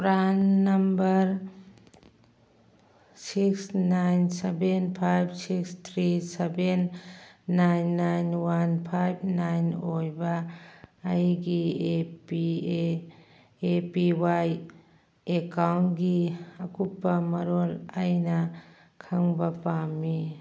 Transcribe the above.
PRAN number six nine seven five six three seven nine nine one five nine ꯑꯣꯏꯕ ꯑꯩꯒꯤ A P A A P Y ꯑꯦꯛꯀꯥꯎꯟꯒꯤ ꯑꯀꯨꯞꯄ ꯃꯔꯣꯜ ꯑꯩꯅ ꯈꯪꯕ ꯄꯥꯝꯃꯤ